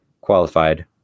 qualified